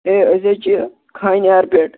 ہے أسۍ حظ چھِ خانیار پٮ۪ٹھ